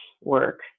work